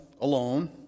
alone